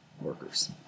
workers